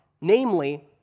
Namely